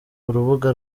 urubuga